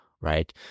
right